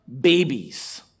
babies